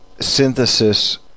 synthesis